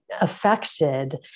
affected